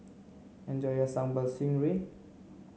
enjoy your sambal stingray